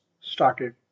started